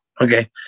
okay